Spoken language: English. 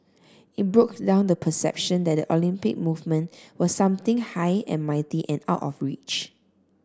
it broke down the perception that the Olympic movement was something high and mighty and out of reach